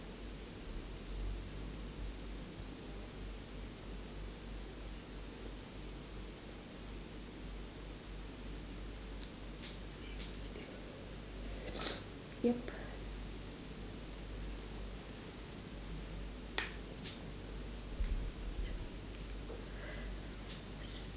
yup